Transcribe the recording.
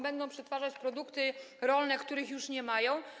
Będą przetwarzać produkty rolne, których już nie mają?